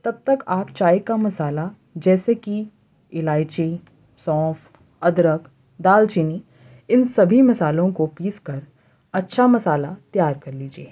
تب تک آپ چائے کا مصالحہ جیسے کہ الائچی سونف ادرک دال چینی ان سبھی مصالحوں کو پیس کر اچّھا مصالحہ تیار کر لیجیے